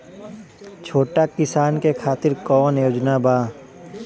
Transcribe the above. छोटा किसान के खातिर कवन योजना बा?